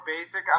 basic